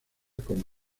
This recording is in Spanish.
como